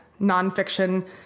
nonfiction